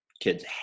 kids